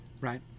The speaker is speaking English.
right